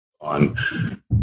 on